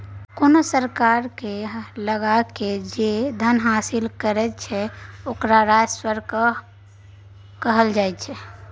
कोनो सरकार कर लगाकए जे धन हासिल करैत छै ओकरा राजस्व कर कहल जाइत छै